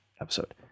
episode